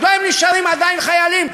מדוע הם נשארים עדיין חיילים?